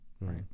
right